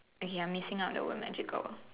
okay I'm missing out the word magical